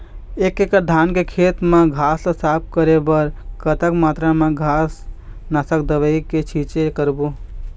एक एकड़ धान के खेत मा घास ला साफ करे बर कतक मात्रा मा घास नासक दवई के छींचे करबो?